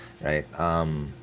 right